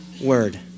word